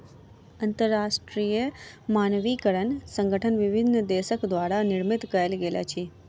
अंतरराष्ट्रीय मानकीकरण संगठन विभिन्न देसक द्वारा निर्मित कयल गेल अछि